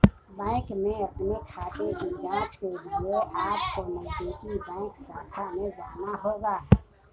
bank में अपने खाते की जांच के लिए अपको नजदीकी बैंक शाखा में जाना होगा